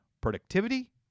productivity